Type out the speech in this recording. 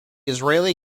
israeli